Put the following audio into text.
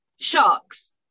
sharks